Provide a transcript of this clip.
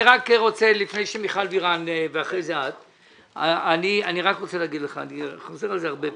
אני רק רוצה לומר לך ואני חוזר על זה הרבה פעמים.